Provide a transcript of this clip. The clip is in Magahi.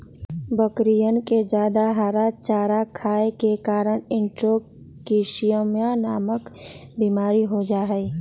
बकरियन में जादा हरा चारा खाये के कारण इंट्रोटॉक्सिमिया नामक बिमारी हो जाहई